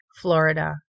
Florida